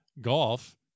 golf